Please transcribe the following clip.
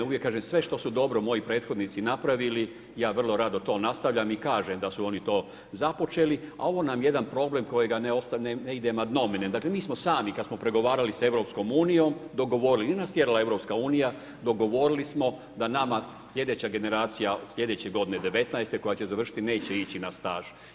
Uvijek kažem, sve što su dobro moji prethodnici napravili, ja vrlo rado to nastavljam i kažem da su oni to započeli, a ovo nam je jedan problem kojega … dakle mi smo sami kad smo pregovarali sa EU-om, dogovorili, nije nas tjerala EU, dogovorili smo da nama slijedeća generacija, slijedeće godine 2019. koja će završiti, neće ići na staž.